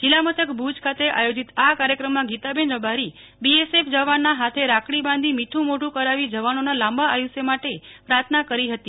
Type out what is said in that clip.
જીલ્લા મથક ભુજ ખાતે આયોજિત આ કાર્યક્રમમાં ગીતાબેન રબારી બીએસએફ જવાન હાથે રાખડી બાંધી મીઠું મોઢું કરાવી જવાનોના લાંબા આયુષ્ય માટે પ્રાર્થના કરી હતી